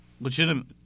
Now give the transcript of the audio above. legitimate –